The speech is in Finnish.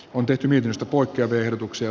on tehty virrasta poikkeavia ehdotuksia